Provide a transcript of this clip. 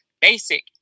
basic